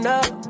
up